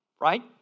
Right